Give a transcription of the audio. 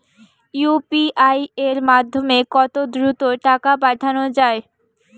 UPI এর মাধ্যমে কত দ্রুত টাকা পাঠানো যায়?